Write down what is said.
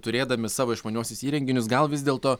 turėdami savo išmaniuosius įrenginius gal vis dėlto